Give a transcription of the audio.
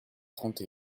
trente